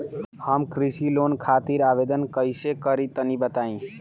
हम कृषि लोन खातिर आवेदन कइसे करि तनि बताई?